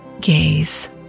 Gaze